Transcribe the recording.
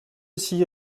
six